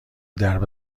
درب